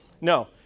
No